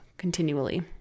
Continually